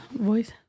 voice